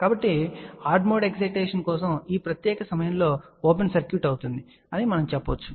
కాబట్టి odd mode excitation కోసం ఈ ప్రత్యేక సమయంలో ఓపెన్ సర్క్యూట్ అవుతుంది అని మనము చెప్పగలం